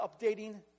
updating